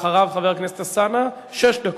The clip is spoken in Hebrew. אחריו, חבר הכנסת אלסאנע, שש דקות.